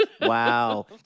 Wow